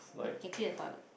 they clean about it